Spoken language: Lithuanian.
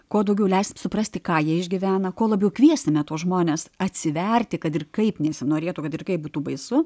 kuo daugiau leist suprasti ką jie išgyvena kuo labiau kviesime tuos žmones atsiverti kad ir kaip nesinorėtų kad ir kaip būtų baisu